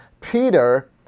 Peter